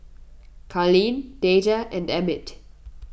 Carleen Dejah and Emmit